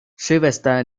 sylvester